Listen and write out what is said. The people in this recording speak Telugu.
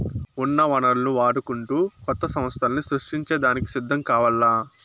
ఉన్న వనరులను వాడుకుంటూ కొత్త సమస్థల్ని సృష్టించే దానికి సిద్ధం కావాల్ల